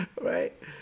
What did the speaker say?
Right